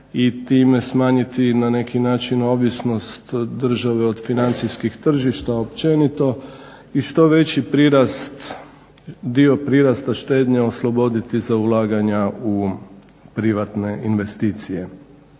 i time smanjiti na neki način ovisnost države od financijskih tržišta općenito i što veći prirast, dio prirasta štednje osloboditi za ulaganja u privatne investicije.